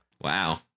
Wow